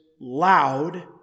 loud